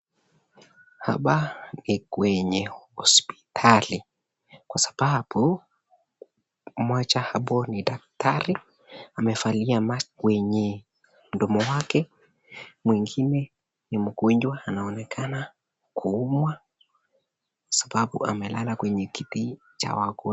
Hapa ni kwenye hospitali, kwa sababu mmoja apo ni daktari, amevalia mask kwenye mdomo wake ,mwingine ni mgonjwa anaonekana kuumwa sababu amelala kwenye kiti cha wagonjwa.